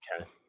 Okay